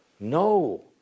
No